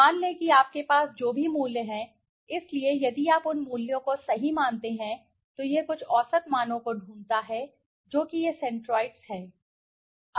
मान लें कि आपके पास जो भी मूल्य हैं इसलिए यदि आप उन मूल्यों को सही मानते हैं तो यह कुछ औसत मानों को ढूँढता है जो कि यह सेंट्रोइड्स है उदाहरण के लिए